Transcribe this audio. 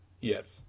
yes